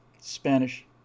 Spanish